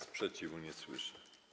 Sprzeciwu nie słyszę.